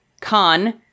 Con